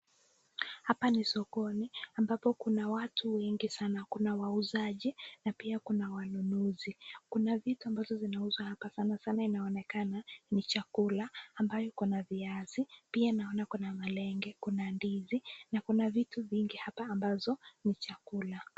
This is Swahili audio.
Hapa ni sokoni ambapo kuna watu wengi sana. Kuna wauzaji na pia kuna wanunuzi. Kuna vitu ambavyo vinauzwa hapa sana sana inaonekana ni chakula ambayo iko na viazi. Pia naona kuna malenge, kuna ndizi na kuna vitu vingi hapa ambazo ni chakula.